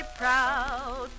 proud